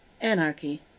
Anarchy